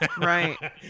Right